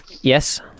Yes